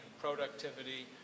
productivity